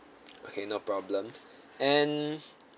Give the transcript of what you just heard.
okay no problem and